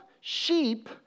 sheep